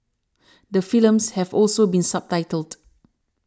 the films have also been subtitled